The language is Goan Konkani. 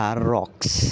आ रॉक्स